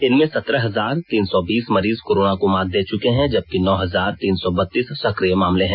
इनमें सत्रह हजार तीन सौ बीस मरीज कोरोना को मात दे चुके हैं जबकि नौ हजार तीन सौ बत्तीस सक्रिय मामले हैं